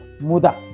Muda